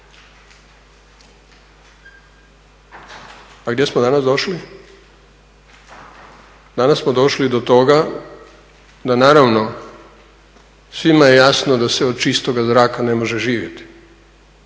A gdje smo danas došli? Danas smo došli do toga da naravno svima je jasno da se od čistoga zraka ne može živjeti,